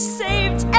saved